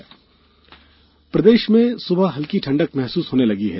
मौसम प्रदेश में सुबह हल्की ठण्डक महसूस होने लगी है